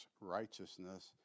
righteousness